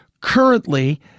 Currently